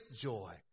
joy